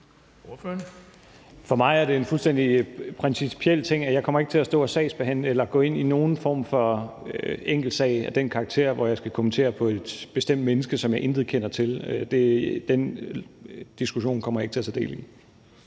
For mig er det en fuldstændig principiel ting, at jeg ikke kommer til at stå og sagsbehandle her eller gå ind i nogen form for enkeltsag af den karakter, hvor jeg skal kommentere på et bestemt menneske, som jeg intet kender til. Den diskussion kommer jeg ikke til at tage del i.